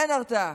אין הרתעה,